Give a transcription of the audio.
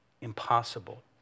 Impossible